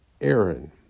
Aaron